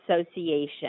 association